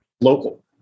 local